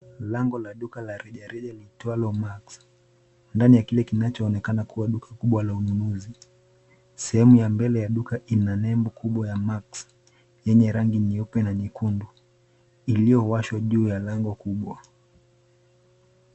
Lango la duka la rejareja liitwalo Max, ndani ya kile kinachoonekana kuwa duka kubwa la ununuzi. Sehemu ya mbele ya duka ina nembo kubwa ya Max yenye rangi nyeupe na nyekundu iliyowashwa juu ya lango kubwa.